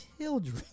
children